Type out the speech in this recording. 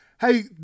hey